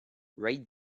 rate